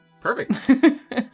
perfect